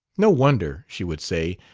no wonder, she would say,